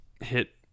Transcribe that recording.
hit